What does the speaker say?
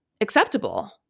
acceptable